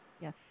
yes